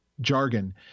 jargon